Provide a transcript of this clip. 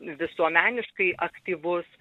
visuomeniškai aktyvus